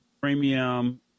premium